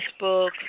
Facebook